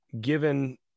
given